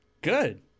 Good